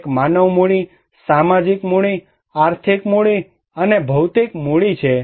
એક માનવ મૂડી સામાજિક મૂડી આર્થિક મૂડી અને ભૌતિક મૂડી છે